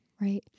right